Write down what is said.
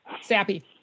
sappy